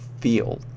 feel